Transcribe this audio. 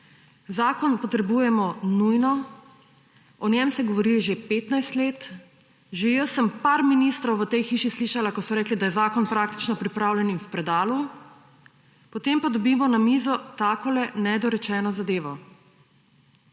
Zakon potrebujemo nujno. O njem se govori že 15 let. Že jaz sem nekaj ministrov v tej hiši slišala, ko so rekli, da je zakon praktično pripravljen in v predalu, potem pa dobimo na mizo takole nedorečeno zadevo.